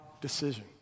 decision